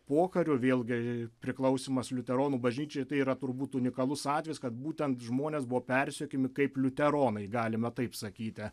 pokariu vėlgi priklausymas liuteronų bažnyčiai tai yra turbūt unikalus atvejis kad būtent žmonės buvo persekiojami kaip liuteronai galima taip sakyti